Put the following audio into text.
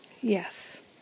Yes